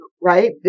Right